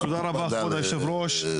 כבוד היושב ראש,